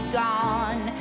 gone